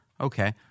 okay